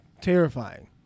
terrifying